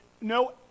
no